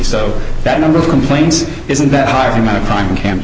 so that number of complaints isn't that higher amount of time camp